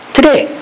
Today